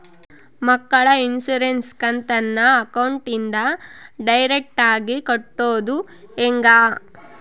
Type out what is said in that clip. ಮಕ್ಕಳ ಇನ್ಸುರೆನ್ಸ್ ಕಂತನ್ನ ಅಕೌಂಟಿಂದ ಡೈರೆಕ್ಟಾಗಿ ಕಟ್ಟೋದು ಹೆಂಗ?